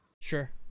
Sure